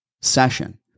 session